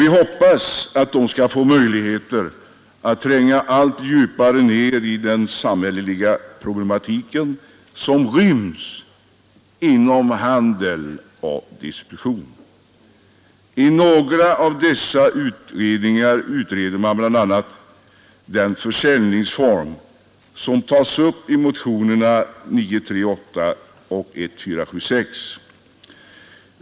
Vi hoppas att de skall få möjligheter att tränga allt djupare in i den samhälleliga problematik som ryms inom handel och distribution. I några av dessa utredningar utreder man bl.a. den försäljningsform som tas upp i motionerna 938 och 1476.